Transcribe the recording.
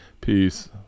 peace